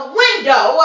window